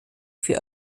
für